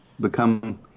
become